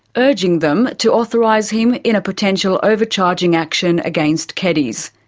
urging them to authorise him in a potential overcharging action against keddies.